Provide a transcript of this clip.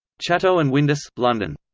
chatto and windus, london.